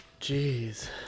Jeez